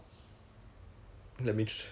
then that's why everytime 就